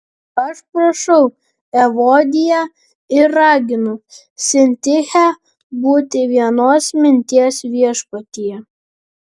aš prašau evodiją ir raginu sintichę būti vienos minties viešpatyje